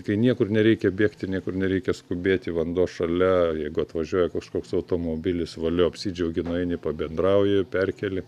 kai niekur nereikia bėgti niekur nereikia skubėti vanduo šalia jeigu atvažiuoja kažkoks automobilis valio apsidžiaugi nueini pabendrauji perkeli